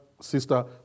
sister